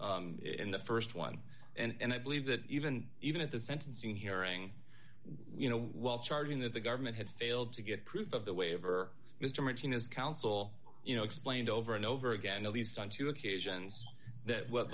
included in the st one and i believe that even even at the sentencing hearing you know while charging that the government had failed to get proof of the waiver mr martinez counsel you know explained over and over again at least on two occasions that what